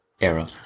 era